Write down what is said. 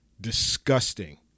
Disgusting